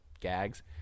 gags